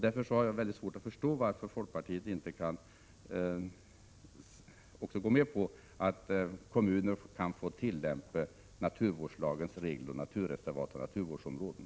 Därför har jag mycket svårt att förstå varför folkpartiet inte kan gå med på att kommunerna kan få tillämpa naturvårdslagens regler om naturreservat och naturvårdsområden.